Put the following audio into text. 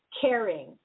caring